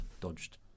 dodged